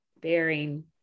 bearing